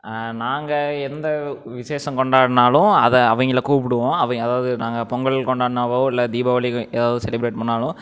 நாங்கள் எந்த விஷேசம் கொண்டாடினாலும் அதை அவங்கள கூப்பிடுவோம் அவங்க அதாவது நாங்கள் பொங்கல் கொண்டாடினாவோ இல்லை தீபாவளி ஏதாவது செலிப்ரேட் பண்ணிணாலோ